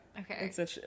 Okay